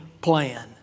plan